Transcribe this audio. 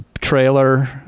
trailer